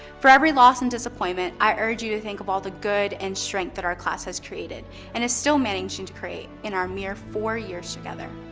for every loss and disappointment, i urge you to think of all the good and strength that our class has created and is still managing to create in our mere four years together.